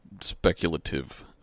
speculative